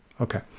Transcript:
Okay